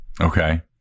Okay